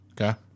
Okay